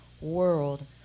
world